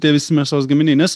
tie visi mėsos gaminiai nes